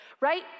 right